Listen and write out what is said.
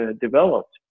developed